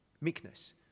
meekness